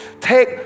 Take